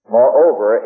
Moreover